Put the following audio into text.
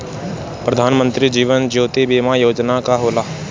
प्रधानमंत्री जीवन ज्योति बीमा योजना का होला?